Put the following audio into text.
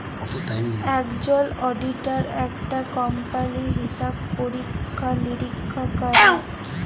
একজল অডিটার একটা কম্পালির হিসাব পরীক্ষা লিরীক্ষা ক্যরে